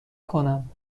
کنم